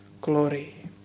glory